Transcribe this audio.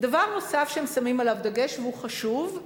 דבר נוסף ששמים עליו דגש, והוא חשוב,